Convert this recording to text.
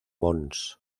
mons